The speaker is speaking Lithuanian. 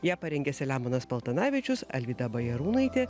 ją parengė selemonas paltanavičius alvyda bajarūnaitė